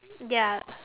ya